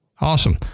Awesome